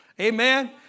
Amen